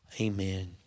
Amen